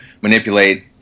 manipulate